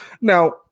now